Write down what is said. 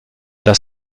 das